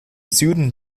süden